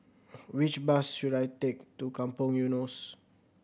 which bus should I take to Kampong Eunos